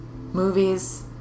Movies